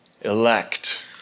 elect